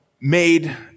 made